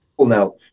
now